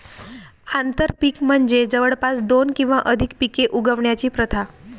आंतरपीक म्हणजे जवळपास दोन किंवा अधिक पिके उगवण्याची प्रथा